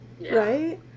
Right